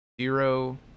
Zero